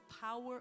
power